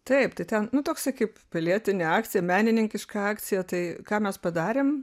taip tai ten nu toksai kaip pilietinė akcija menininkiška akcija tai ką mes padarėm